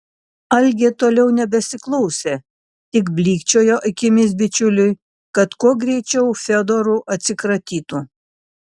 algė toliau nebesiklausė tik blykčiojo akimis bičiuliui kad kuo greičiau fiodoru atsikratytų